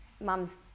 mum's